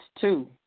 two